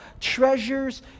treasures